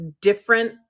different